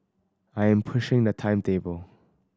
I am pushing the timetable